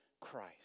Christ